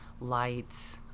lights